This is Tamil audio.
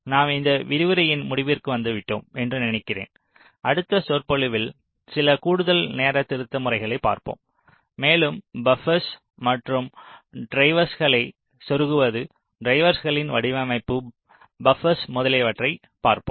நாம் இந்த விரிவுரையின் முடிவிற்கு வந்துவிட்டோம் என்று நினைக்கிறேன் அடுத்த சொற்பொழிவில் சில கூடுதல் நேர திருத்த முறைகளைப் பார்ப்போம் மேலும் பப்பர்ஸ் மற்றும் டிரைவர்ஸ்களைச் செருகுவது டிரைவர்ஸ்களின் வடிவமைப்பு பப்பர்ஸ் முதலியவற்றை பார்ப்போம்